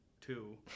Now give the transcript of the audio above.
Two